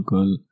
Girl